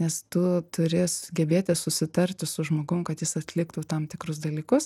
nes tu turi sugebėti susitarti su žmogum kad jis atliktų tam tikrus dalykus